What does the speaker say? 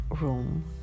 room